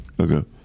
Okay